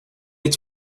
its